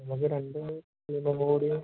അല്ലെങ്കിൽ രണ്ടിന് വില കൂടിയ